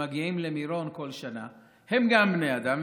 שמגיעים למירון כל שנה הם גם בני אדם,